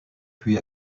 puis